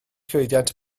llwyddiant